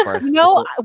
No